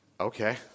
Okay